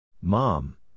Mom